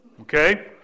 Okay